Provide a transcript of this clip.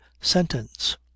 sentence